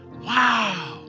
wow